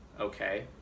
Okay